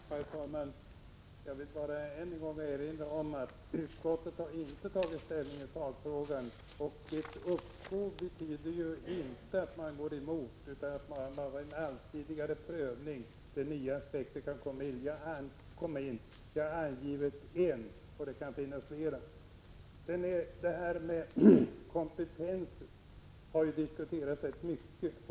Herr talman! Jag vill bara än en gång erinra om att utskottet inte har tagit ställning i sakfrågan. Ett uppskov betyder inte att man går emot, utan snarare att man vill ha en allsidigare prövning där nya aspekter kan komma in. Jag har angivit en, det kan finnas flera. Kompetensen har diskuterats rätt mycket.